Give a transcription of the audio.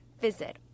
Visit